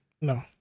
No